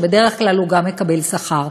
ובדרך כלל הוא גם מקבל שכר.